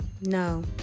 no